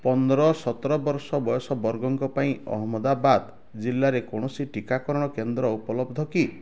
ପନ୍ଦର ସତର ବର୍ଷ ବୟସ ବର୍ଗଙ୍କ ପାଇଁ ଅହମ୍ମଦାବାଦ ଜିଲ୍ଲାରେ କୌଣସି ଟିକାକରଣ କେନ୍ଦ୍ର ଉପଲବ୍ଧ କି